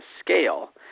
scale